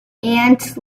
ants